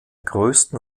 größten